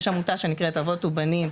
יש עמותה שנקראת אבות ובנים,